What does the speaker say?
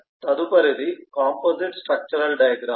తదుపరిది composite structural diagram లు